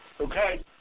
Okay